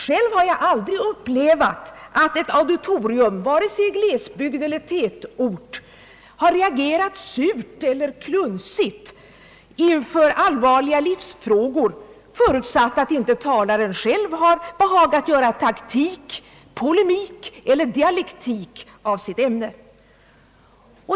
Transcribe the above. Själv har jag aldrig upplevt att ett auditorium — vare sig i glesbygd eller tätort — har reagerat surt eller klunsigt inför allvarliga livsfrågor, förutsatt att inte talaren själv har behagat göra taktik, polemik eller dialektik av sitt ämne.